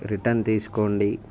return తీసుకోండి